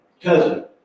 cousin